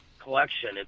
Collection